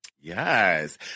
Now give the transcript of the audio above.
Yes